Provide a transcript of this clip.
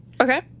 Okay